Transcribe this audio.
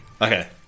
Okay